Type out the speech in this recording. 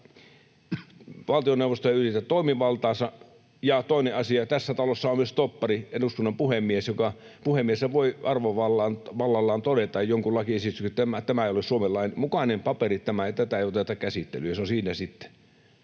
valtioneuvosto ei ylitä toimivaltaansa. Ja toinen asia: Tässä talossa on myös stoppari, eduskunnan puhemies. Puhemieshän voi arvovallallaan todeta lakiesityksestä, että tämä ei ole Suomen lain mukainen paperi, tätä ei oteta käsittelyyn, ja se on siinä sitten.